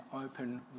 open